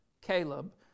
Caleb